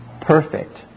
perfect